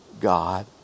God